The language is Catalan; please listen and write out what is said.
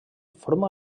forma